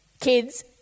Kids